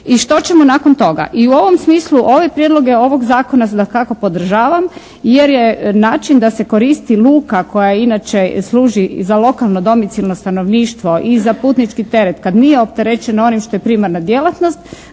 i što ćemo nakon toga. I u ovom smislu ove prijedloge ovog zakona dakako podržavam jer je način da se koristi luka koja inače služi za lokalno domicilno stanovništvo i za putnički teret kad nije opterećeno onim što je primarna djelatnost,